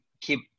keep